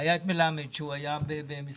והיה את מלמד שהוא היה במשרד